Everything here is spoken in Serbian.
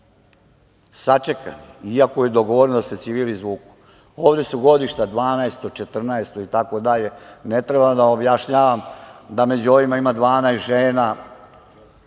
sačekani, iako je dogovoreno da se civili izvuku, ovde su godišta 12, 14, itd. ne trebam da objašnjavam da među ovima ima 12 žena